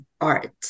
art